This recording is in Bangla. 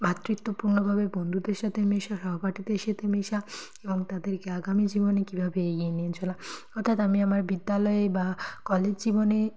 ভ্রাতৃত্বপূর্ণভাবে বন্ধুদের সাথে মেশা সহপাঠীদের সাথে মেশা এবং তাদেরকে আগামী জীবনে কীভাবে এগিয়ে নিয়ে চলা অর্থাৎ আমি আমার বিদ্যালয়ে বা কলেজ জীবনে